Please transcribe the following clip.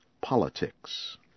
politics